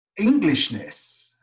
Englishness